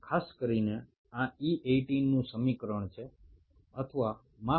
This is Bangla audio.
বিশেষত F18 এ এই সমীকরণ দেখতে পাওয়া যায়